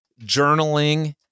journaling